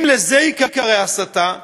אם לזה ייקרא הסתה,